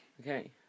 Okay